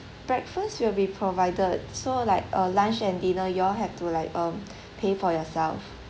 breakfast will be provided so like uh lunch and dinner you all have to like um pay for yourself